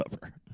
cover